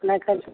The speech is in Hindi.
मैं कल